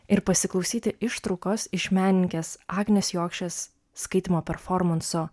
ir pasiklausyti ištraukos iš menininkės agnės jokšės skaitymo performanso